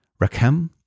Rakem